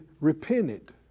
repented